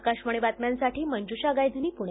आकाशवाणी बातम्यांसाठी मंजुषा गायधनी पुणे